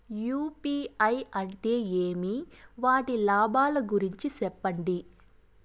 UPI అంటే ఏమి? వాటి లాభాల గురించి సెప్పండి?